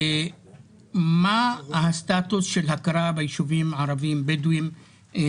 מה הסטטוס של הכרה ביישובים בדואים לא